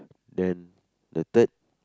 then the third